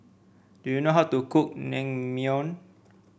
do you know how to cook Naengmyeon